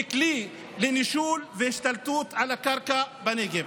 כלי לנישול והשתלטות על הקרקע בנגב.